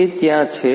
તે ત્યાં છે